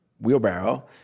wheelbarrow